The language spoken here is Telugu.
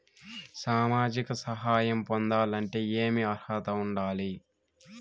సామాజిక సహాయం పొందాలంటే ఏమి అర్హత ఉండాలి?